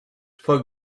for